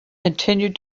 continued